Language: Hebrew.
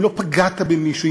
אם לא פגעת במישהו,